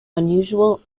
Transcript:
unusual